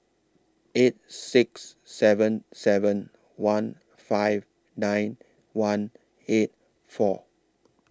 eight six seven seven one five nine one eight four